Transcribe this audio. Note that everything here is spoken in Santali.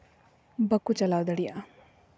ᱵᱟᱠᱚ ᱪᱟᱞᱟᱣ ᱫᱟᱲᱮᱭᱟᱜᱼᱟ